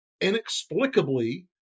inexplicably